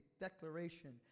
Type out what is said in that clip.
declaration